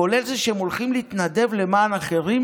כולל זה שהם הולכים להתנדב למען אחרים